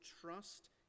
trust